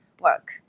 work